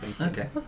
Okay